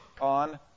on